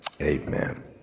amen